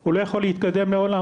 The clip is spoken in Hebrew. הוא לא יכול להתקדם לעולם,